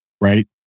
right